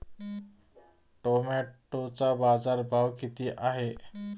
टोमॅटोचा बाजारभाव किती आहे?